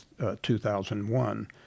2001